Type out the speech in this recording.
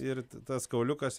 ir tas kauliukas